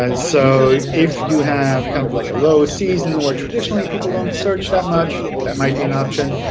and so if you have kind of like a low season where traditionally people don't search that much, that might be an option.